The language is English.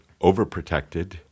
overprotected